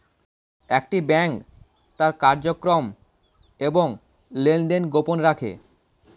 একটি ব্যাংক তার কার্যক্রম এবং লেনদেন গোপন রাখে